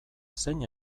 zein